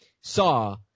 saw